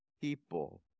people